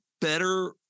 better